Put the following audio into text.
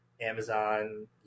Amazon